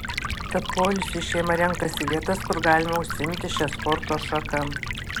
tad poilsiui šeima renkasi vietas kur galima užsiimti šia sporto šaka